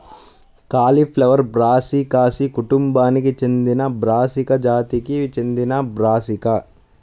cauliflower brassicaceae కుటుంబానికి చెందినబ్రాసికా జాతికి చెందినబ్రాసికా